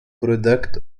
product